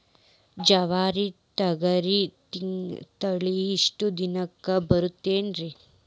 ಜವಾರಿ ತೊಗರಿ ತಳಿ ಎಷ್ಟ ದಿನಕ್ಕ ಬರತೈತ್ರಿ?